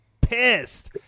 pissed